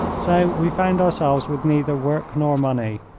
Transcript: so we found ourselves with neither work nor money.